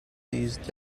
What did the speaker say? these